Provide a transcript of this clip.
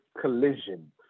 collision